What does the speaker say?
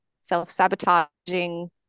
self-sabotaging